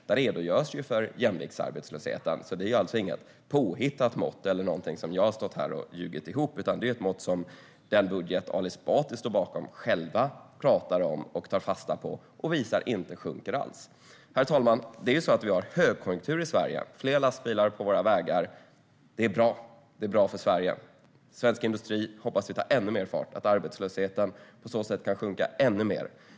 Där redogörs för jämviktsarbetslösheten, så det är alltså inget påhittat mått eller någonting som jag har stått här och ljugit ihop, utan det är ett mått som man i den budget som Ali Esbati står bakom själv pratar om och tar fasta på och som visar att den inte sjunker alls. Herr talman! Vi har högkonjunktur i Sverige. Fler lastbilar på våra vägar är bra för Sverige. Vi hoppas att svensk industri tar ännu mer fart och att arbetslösheten på så sätt kan sjunka ännu mer.